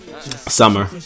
Summer